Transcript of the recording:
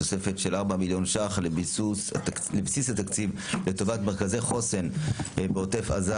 תוספת של 4 מיליון ש"ח לבסיס התקציב לטובת מרכזי חוסן בעוטף עזה,